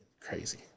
crazy